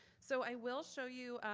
so i will show you,